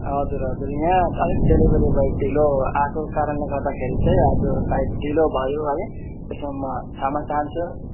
हजुर हजुर यहाँ अलिक डेलिभरी ब्वाय ढिलो आएको कारणले गर्दाखेरि चाहिँ आज सायद ढिलो भयो है त्यसमा म क्षमा चाहन्छु है